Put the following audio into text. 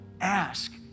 ask